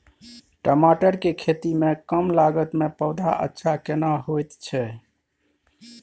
टमाटर के खेती में कम लागत में पौधा अच्छा केना होयत छै?